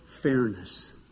fairness